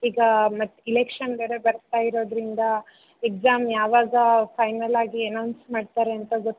ಈಗ ಮತ್ತೆ ಇಲೆಕ್ಷನ್ ಬೇರೆ ಬರ್ತಾ ಇರೋದರಿಂದ ಎಕ್ಸಾಮ್ ಯಾವಾಗ ಫೈನಲ್ಲಾಗಿ ಅನೌನ್ಸ್ ಮಾಡ್ತಾರೆ ಅಂತ ಗೊತ್